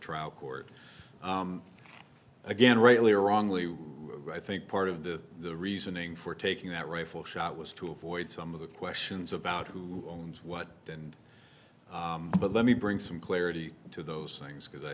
trial court again rightly or wrongly think part of the the reasoning for taking that rifle shot was to avoid some of the questions about who owns what and but let me bring some clarity to those things because i